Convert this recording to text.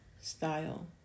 style